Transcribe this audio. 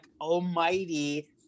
almighty